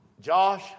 Josh